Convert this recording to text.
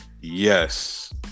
Yes